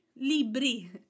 libri